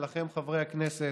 ולכם חברי הכנסת: